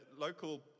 local